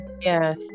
Yes